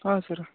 ಹಾಂ ಸರ್ರ